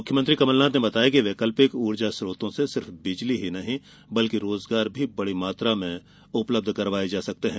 मुख्यमंत्री कमलनाथ ने बताया कि वैकल्पिक ऊर्जा स्रोतों से सिर्फ बिजली ही नहीं बल्कि रोजगार भी बड़ी मात्रा में उपलब्ध करवाये जा सकते हैं